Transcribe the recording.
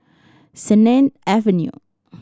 Sennett Avenue